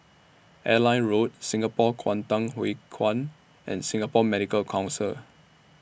Airline Road Singapore Kwangtung Hui Kuan and Singapore Medical Council